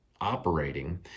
operating